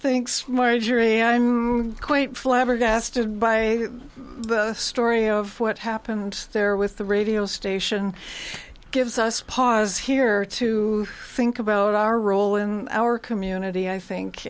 thinks marjorie i'm quite flabbergasted by the story of what happened there with the radio station gives us pause here to think about our role in our community i think